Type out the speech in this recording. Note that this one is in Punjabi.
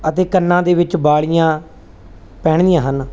ਅਤੇ ਕੰਨਾਂ ਦੇ ਵਿੱਚ ਵਾਲੀਆਂ ਪਹਿਨਦੀਆਂ ਹਨ